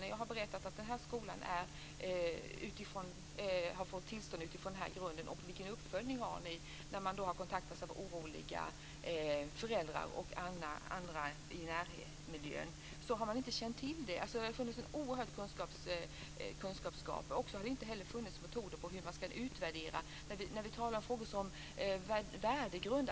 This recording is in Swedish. När jag har berättat att en skola har fått tillstånd på den och den grunden och frågat vilken uppföljning man har när man blivit kontaktad av oroliga föräldrar och andra i närmiljön har man inte haft kännedom om detta. Där har funnits ett oerhört kunskapsgap. Det har inte heller funnits metoder för hur man ska ta ställning till frågor om värdegrunden.